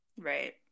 right